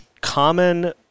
common